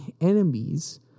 enemies